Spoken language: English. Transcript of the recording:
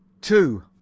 Two